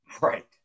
Right